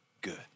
good